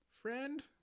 friend